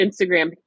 Instagram